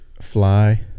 fly